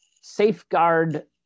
safeguard